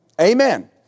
Amen